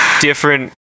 different